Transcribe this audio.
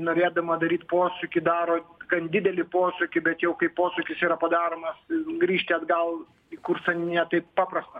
norėdama daryt posūkį daro gan didelį posūkį bet jau kai posūkis yra padaromas grįžti atgal į kursą ne taip paprasta